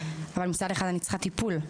אבל מצד שני אני צריכה טיפול.